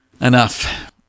Enough